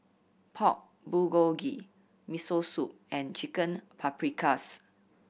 Pork Bulgogi Miso Soup and Chicken Paprikas